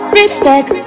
respect